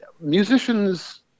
Musicians